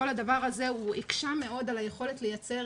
כל הדבר הזה הקשה מאוד על היכולת לייצר